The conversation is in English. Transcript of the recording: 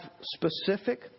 specific